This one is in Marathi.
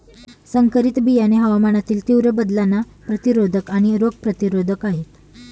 संकरित बियाणे हवामानातील तीव्र बदलांना प्रतिरोधक आणि रोग प्रतिरोधक आहेत